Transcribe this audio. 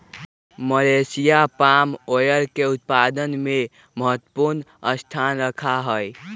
Malaysia palm oil के उत्पादन में महत्वपूर्ण स्थान रखा हई